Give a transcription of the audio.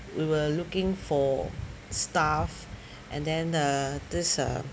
we were looking for staff and then uh this uh